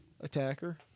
Attacker